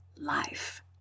life